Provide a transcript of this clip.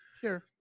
Sure